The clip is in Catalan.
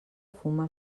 fuma